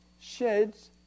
sheds